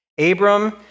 Abram